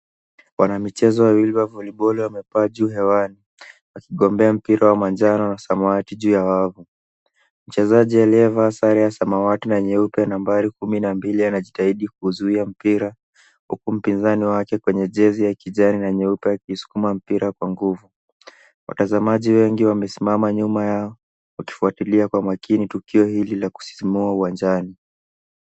Wanamichezo wawili wa voliboli wa mepaa juu hewani, wakigombea mpira wa manjano na samawati juu ya wavu. Mchezaji aliyevaa sare ya samawati na nyeupe nambari kumi na mbili anajitahidi kuuzui mpira, huku mpinzani wake kwenye jezi ya kijani na nyeupe akisukuma mpira kwa nguvu. Watazamaji wengi wamesimama nyuma yao, wakifuatilia kwa makini tukio hili la kusisimua uwanjani.